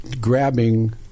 grabbing